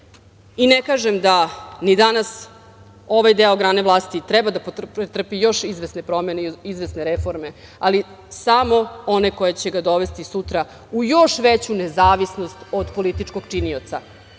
Ne kažem da ni danas ovaj deo grane vlasti treba da pretrpi još izvesne promene i izvesne reforme, ali samo one koje će ga dovesti sutra u još veću nezavisnost od političkog činioca.